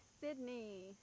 sydney